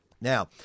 Now